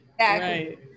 Right